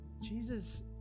Jesus